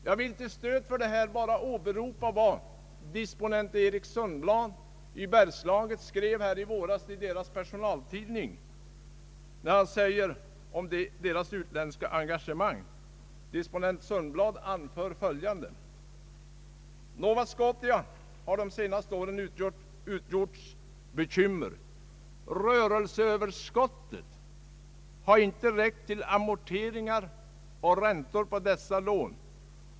Jag vill till stöd för detta uttalande erinra om vad chefen för Stora Kopparberg, disponent Erik Sundblad, skrev i personaltidningen om företagets utländska engagemang: »Nova Scotia Pulp har de senaste åren utgjort bekymmer. Rörelseöverskottet har inte räckt till amorteringar och räntor på dessa lån.